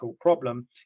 problem